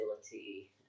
facility